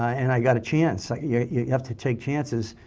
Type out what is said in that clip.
and i got a chance. yeah you have to take chances.